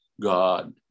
God